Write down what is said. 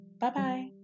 bye-bye